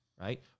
right